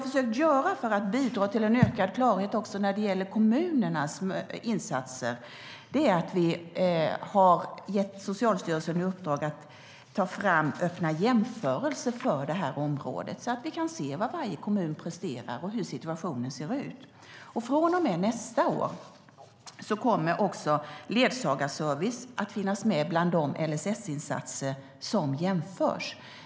För att bidra till ökad klarhet även när det gäller kommunernas insatser har vi gett Socialstyrelsen i uppdrag att ta fram öppna jämförelser för området så att vi kan se vad varje kommun presterar och hur situationen ser ut. Från och med nästa år kommer ledsagarservice också att finnas med bland de LSS-insatser som jämförs.